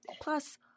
Plus